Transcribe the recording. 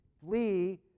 flee